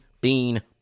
bean